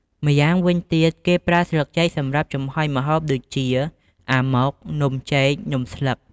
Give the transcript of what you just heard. ម្យ៉ាងវិញទៀតគេប្រើស្លឹកចេកសម្រាប់ចំហុយម្ហូប ដូចជា អាម៉ុក, នំចេក, នំស្លឹក។